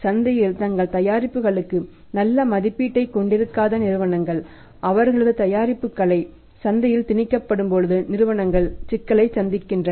சந்தையில் தங்கள் தயாரிப்புகளுக்கு நல்ல மதிப்பீட்டைக் கொண்டிருக்காத நிறுவனங்கள் அவர்களது தயாரிப்புகளை சந்தையில் திணிக்கப்படும்போது நிறுவனங்கள் சிக்கலை சந்திக்கின்றன